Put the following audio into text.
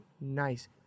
nice